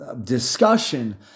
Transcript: discussion